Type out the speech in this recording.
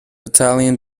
italian